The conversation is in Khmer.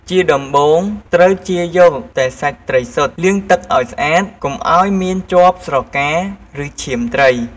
ជាដំបូង ត្រូវចៀរយកតែសាច់ត្រីសុទ្ធ លាងទឹកឱ្យស្អាត កុំឱ្យមានជាប់ស្រកា ឬឈាមត្រី។